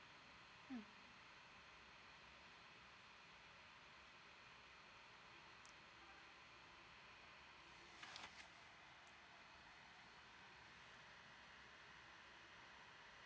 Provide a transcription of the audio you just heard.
mm